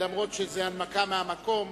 אף-על-פי שזו הנמקה מהמקום,